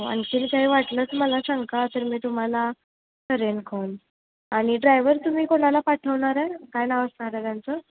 व आणखी काय वाटलंच मला शंका असेल मी तुम्हाला करेन कॉल आणि ड्रायवर तुम्ही कोणाला पाठवणार आहे काय नाव असणार आहे त्यांचं